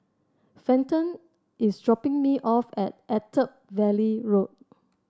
Fenton is dropping me off at Attap Valley Road